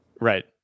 Right